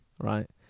right